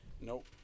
Nope